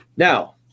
Now